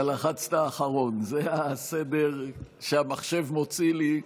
זה הסדר שהמחשב מוציא לי.